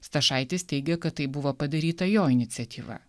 stašaitis teigia kad tai buvo padaryta jo iniciatyva